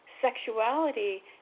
sexuality